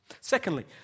Secondly